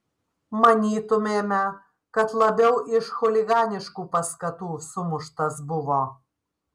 manytumėme kad labiau iš chuliganiškų paskatų sumuštas buvo